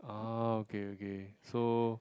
uh okay okay so